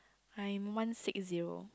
I'm one six zero